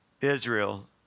Israel